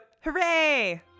hooray